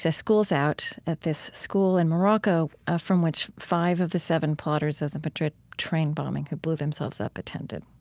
school's out at this school in morocco ah from which five of the seven plotters of the madrid train bombing who blew themselves up attended,